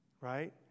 right